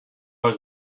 was